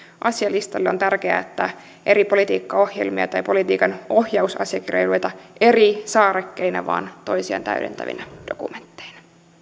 asialistalle on tärkeää että eri politiikkaohjelmia tai politiikan ohjausasiakirjoja ei lueta eri saarekkeina vaan toisiaan täydentävinä dokumentteina